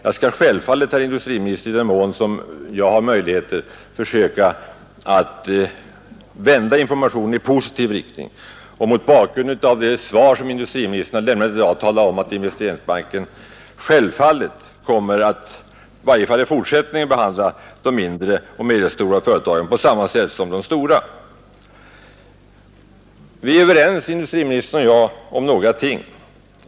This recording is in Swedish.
Jag skall självfallet, herr industriminister, i den mån jag har möjligheter försöka vända informationen i positiv riktning och mot bakgrund av det svar som industriministern har lämnat i dag tala om att Investeringsbanken givetvis — i varje fall i fortsättningen — kommer att behandla de mindre och medelstora företagen på samma sätt som de stora. Vi är överens, industriministern och jag, om några ting.